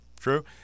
true